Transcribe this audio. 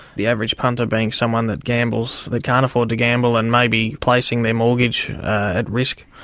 the average punter being someone that gambles that can't afford to gamble and may be placing their mortgage at risk.